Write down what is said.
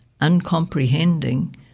uncomprehending